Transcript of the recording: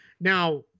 Now